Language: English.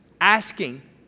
asking